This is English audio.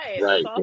Right